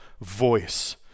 voice